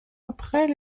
après